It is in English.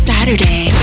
Saturday